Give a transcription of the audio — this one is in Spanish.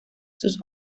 sus